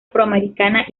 afroamericana